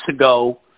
ago